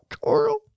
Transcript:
Coral